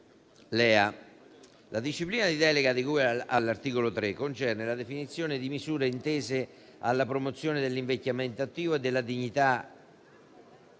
La disciplina di delega di cui all'articolo 3 concerne la definizione di misure tese alla promozione dell'invecchiamento attivo, della dignità,